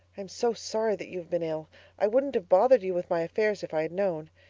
i am so sorry that you have been ill i wouldn't have bothered you with my affairs if i had known.